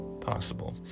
possible